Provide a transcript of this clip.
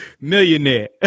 Millionaire